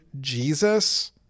Jesus